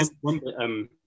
One